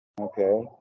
Okay